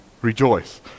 rejoice